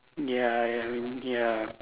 ya ya I mean ya